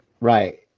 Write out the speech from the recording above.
right